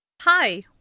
Hi